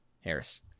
Harris